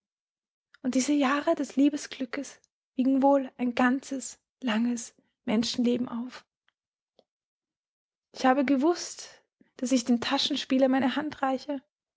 und diese jahre des liebesglückes wiegen wohl ein ganzes langes menschenleben auf ich habe gewußt daß ich dem taschenspieler meine hand reiche